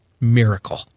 miracle